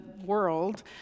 world